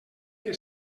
que